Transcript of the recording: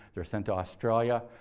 they're sent to australia.